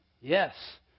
Yes